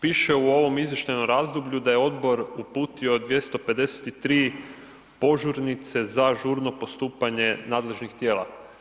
Piše u ovom izvještajnom razdoblju da je odbor uputio 253 požurnice za žurno postupanje nadležnih tijela.